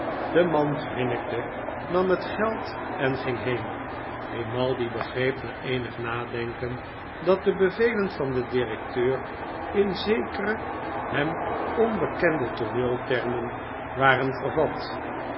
de man grinnikte nam het geld en ging heen grimaldi begreep na eenig nadenken dat de bevelen van den directeur in zekere hem onbekende tooneeltermen waren vervat